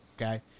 okay